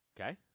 Okay